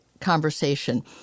conversation